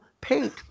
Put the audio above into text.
paint